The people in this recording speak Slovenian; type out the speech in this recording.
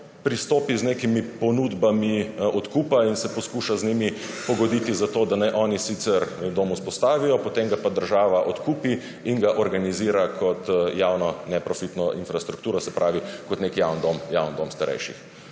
pristopi z nekimi ponudbami odkupa in se poskuša z njimi pogoditi, da naj oni sicer nek dom vzpostavijo, potem ga pa država odkupi in ga organizira kot javno neprofitno infrastrukturo, se pravi kot nek javni dom, javni